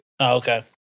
okay